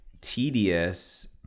tedious